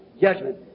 judgment